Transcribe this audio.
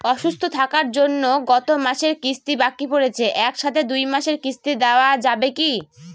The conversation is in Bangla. অসুস্থ থাকার জন্য গত মাসের কিস্তি বাকি পরেছে এক সাথে দুই মাসের কিস্তি দেওয়া যাবে কি?